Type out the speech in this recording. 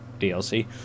DLC